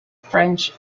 french